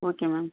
okay ma'am